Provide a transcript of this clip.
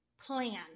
plan